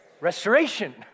restoration